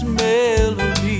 melody